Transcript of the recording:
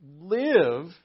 live